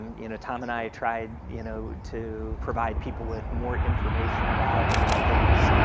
you know, tom and i tried you know to provide people with more information about you know things.